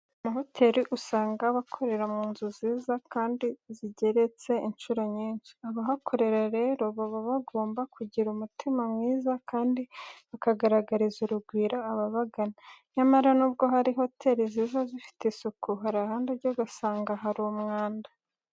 Amahoteli usanga aba akorera mu nzu nziza kandi zigeretse incuro nyinshi. Abahakora rero baba bagomba kugira umutima mwiza kandi bakagaragariza urugwiro ababagana. Nyamara nubwo hari hoteli ziza zifite isuku hari ahandi ujya ugasanga hari umwanda.